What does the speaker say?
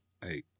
hey